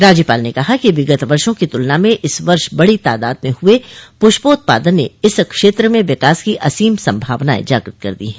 राज्यपाल ने कहा है कि विगत वर्षों की तुलना में इस वर्ष बड़ी तादाद में हुए पुष्पोत्पादन ने इस क्षेत्र में विकास की असीम सम्भावनाएं जागृत कर दी हैं